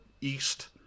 east